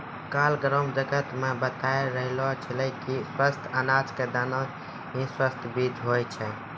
काल ग्राम जगत मॅ बताय रहलो छेलै कि स्वस्थ अनाज के दाना हीं स्वस्थ बीज होय छै